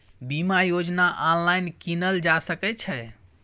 बीमा योजना ऑनलाइन कीनल जा सकै छै?